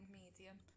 medium